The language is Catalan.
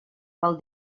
pel